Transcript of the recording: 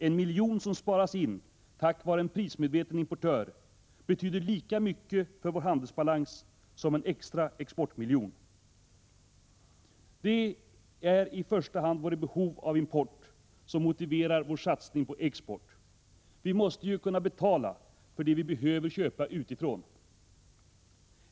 En miljon kronor som sparas in tack vare en prismedveten importör betyder lika mycket för vår handelsbalans som en extra exportmiljon. Det är i första hand vårt behov av import som motiverar vår satsning på export. Vi måste ju kunna betala för det vi behöver köpa utifrån.